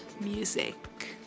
music